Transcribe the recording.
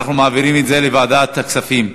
אנחנו מעבירים את הנושא לוועדת הכספים.